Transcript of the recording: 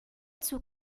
zug